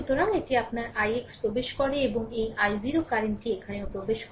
সুতরাং এটি আপনার ix প্রবেশ করে এবং এই i0 কারেন্ট টি এখানেও প্রবেশ করে